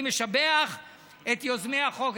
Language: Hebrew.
אני משבח את יוזמי החוק,